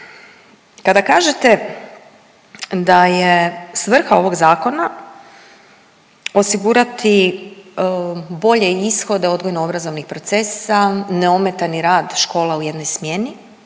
Kada kažete da je svrha ovog Zakona osigurati bolje ishode odgojno-obrazovnih procesa, neometani rad škola u jednoj smjeni,